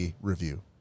review